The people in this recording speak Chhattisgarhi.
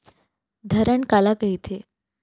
धरण काला कहिथे?